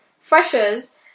Freshers